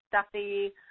stuffy